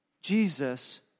Jesus